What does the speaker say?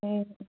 अँ